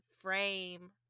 frame